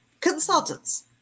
consultants